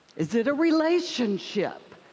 is it a relationship?